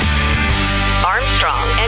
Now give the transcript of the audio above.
Armstrong